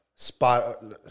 Spot